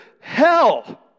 hell